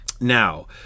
Now